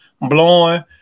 blowing